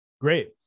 Great